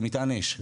זה מטען אש,